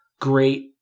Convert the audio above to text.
great